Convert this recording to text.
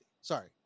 Sorry